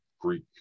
Greek